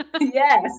Yes